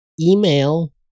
Email